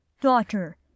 Daughter